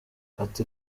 ati